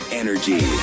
energy